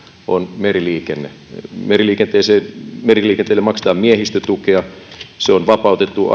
on meriliikenne meriliikenteelle meriliikenteelle maksetaan miehistötukea se on vapautettu